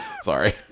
Sorry